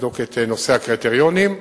לבדוק את נושא הקריטריונים.